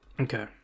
Okay